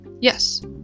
Yes